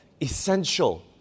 essential